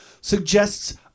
suggests